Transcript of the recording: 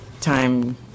time